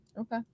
okay